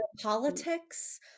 politics